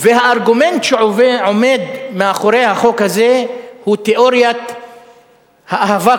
והארגומנט שעומד מאחורי החוק הזה הוא תיאוריית האהבה,